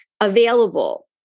available